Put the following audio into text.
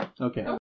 Okay